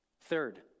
Third